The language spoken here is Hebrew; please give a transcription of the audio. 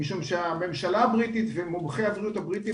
משום שהממשלה הבריטית ומומחי הבריאות הבריטיים